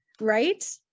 Right